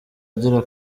agera